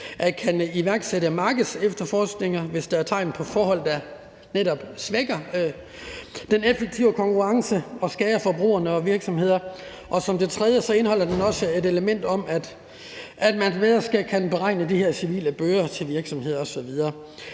at kunne iværksætte markedsefterforskninger, hvis der er tegn på forhold, der netop svækker den effektive konkurrence og skader forbrugere og virksomheder. Og som det tredje indeholder lovforslaget også et element om, at man bedre skal kunne beregne de her civile bøder til virksomheder osv.